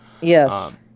Yes